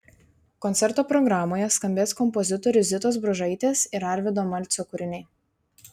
koncerto programoje skambės kompozitorių zitos bružaitės ir arvydo malcio kūriniai